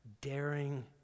daring